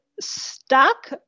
Stuck